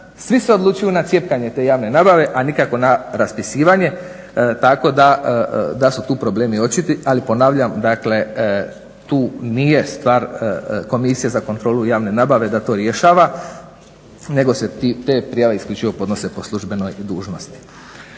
svi se odlučuju na cjepkanje te javne nabave, a nikako na raspisivanje tako da su tu problemi očiti, ali ponavljam dakle tu nije stvar Komisije za kontrolu javne nabave da to rješava nego se te prijave isključivo podnose po službenoj dužnosti.